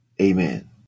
Amen